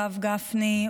הרב גפני,